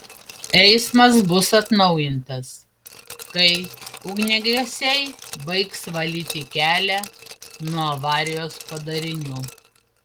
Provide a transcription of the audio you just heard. eismas bus atnaujintas kai ugniagesiai baigs valyti kelią nuo avarijos padarinių